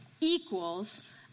equals